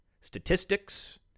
statistics